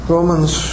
Romans